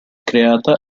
creata